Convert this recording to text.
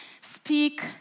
speak